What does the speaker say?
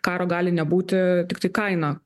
karo gali nebūti tiktai kaina